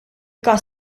każ